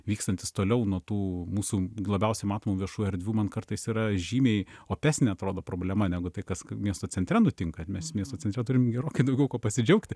vykstantis toliau nuo tų mūsų labiausiai matomų viešų erdvių man kartais yra žymiai opesnė atrodo problema negu tai kas miesto centre nutinka mes miesto centre turim gerokai daugiau kuo pasidžiaugti